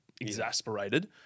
exasperated